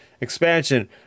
expansion